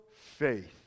faith